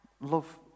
love